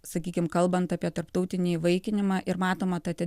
sakykim kalbant apie tarptautinį įvaikinimą ir matoma ta